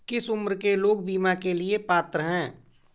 किस उम्र के लोग बीमा के लिए पात्र हैं?